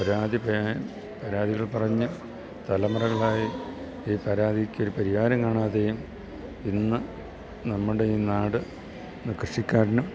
പരാതി പ പരാതിയിൽ പറഞ്ഞ തലമുറകളായി ഈ പരാതിക്കൊരു പരിഹാരം കാണാതെയും ഇന്ന് നമ്മുടെ ഈ നാട് കൃഷിക്കാരനും